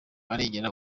arengera